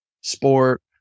sport